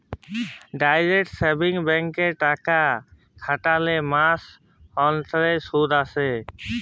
direct savings ব্যাংকে টাকা খ্যাটাইলে মাস অল্তে সুদ আসে